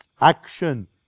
action